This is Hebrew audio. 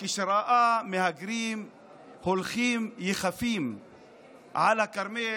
כשראה מהגרים הולכים יחפים על הכרמל,